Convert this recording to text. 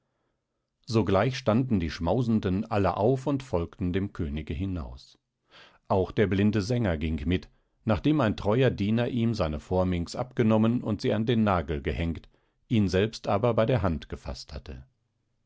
sogleich standen die schmausenden alle auf und folgten dem könige hinaus auch der blinde sänger ging mit nachdem ein treuer diener ihm seine phorminx abgenommen und sie an den nagel gehängt ihn selbst aber bei der hand gefaßt hatte